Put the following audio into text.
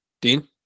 Dean